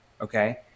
okay